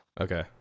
Okay